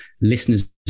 listeners